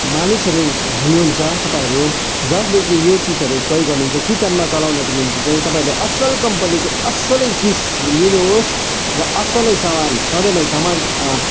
मानिसहरू हुनुहुन्छ तपाईँहरू जसले चाहिँ यो चिजहरू प्रयोग गर्नुहुन्छ किचनमा चलाउनको निम्ति चाहिँ तपाईँहरूले असल कम्पनीको असलै चिज लिनुहोस् र असलै सामान सधैँ नै समाज